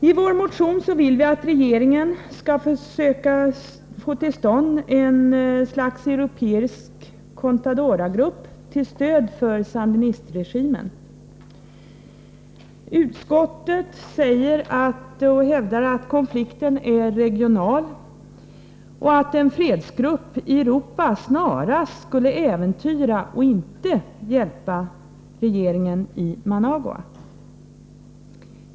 I vår motion vill vi att regeringen skall försöka få till stånd ett slags europeisk Contadora-grupp till stöd för sandinistregimen. Utskottet hävdar att konflikten är regional och att en fredsgrupp i Europa snarast skulle äventyra och inte hjälpa regeringen i Managua.